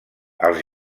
els